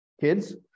kids